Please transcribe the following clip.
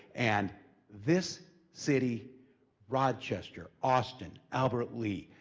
and this city rochester, austin, albert lea,